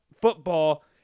football